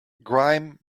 grime